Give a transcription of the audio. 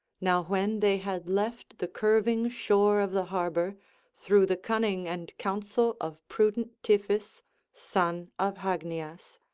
now when they had left the curving shore of the harbour through the cunning and counsel of prudent tiphys son of hagnias,